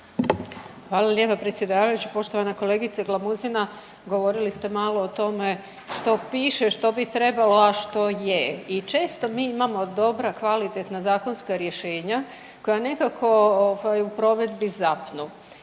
Hvala lijepa predsjedavajući. Poštovana kolegice Glamuzina govorili ste malo o tome što piše, što bi trebala, što je. I često mi imao dobra kvalitetna zakonska rješenja koja nekako ovaj u provedbi zapnu.